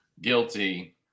guilty